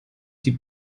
die